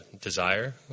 desire